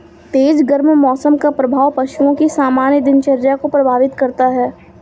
तेज गर्म मौसम का प्रभाव पशुओं की सामान्य दिनचर्या को प्रभावित करता है